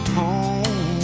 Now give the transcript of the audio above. home